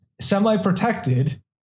semi-protected